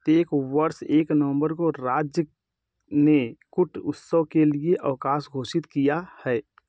प्रत्येक वर्ष एक नवम्बर को राज्य ने कुट उत्सव के लिए अवकाश घोषित किया है